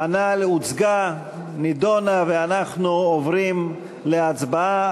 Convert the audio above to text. הנ"ל הוצגה, נדונה, ואנחנו עוברים להצבעה.